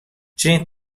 چنین